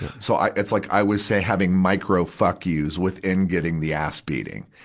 so i, it's like i was say having micro fuck-yous within getting the ass beating.